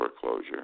foreclosure